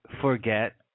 forget